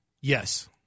Yes